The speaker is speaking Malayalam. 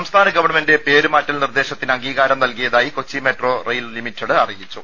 സംസ്ഥാന ഗവൺമെന്റ് പേരുമാറ്റൽ നിർദ്ദേശത്തിന് അംഗീകാരം നൽകിയതായി കൊച്ചി മെട്രോ റെയിൽ ലിമിറ്റഡ് അറിയിച്ചു